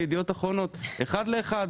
אחד לאחד,